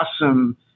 awesome